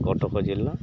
କଟକ ଜିଲ୍ଲା